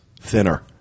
thinner